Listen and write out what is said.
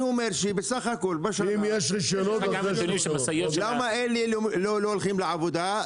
למה אלה לא הולכים לעבודה?